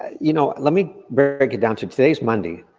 you know, let me break it down to today's monday,